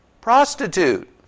prostitute